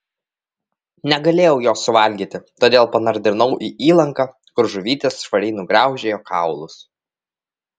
negalėjau jo suvalgyti todėl panardinau į įlanką kur žuvytės švariai nugraužė jo kaulus